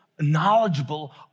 knowledgeable